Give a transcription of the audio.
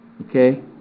Okay